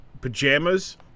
pajamas